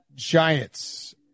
Giants